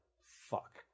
Fuck